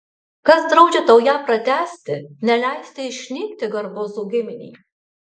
kas draudžia tau ją pratęsti neleisti išnykti garbuzų giminei